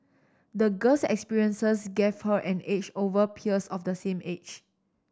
the girl's experiences gave her an edge over her peers of the same age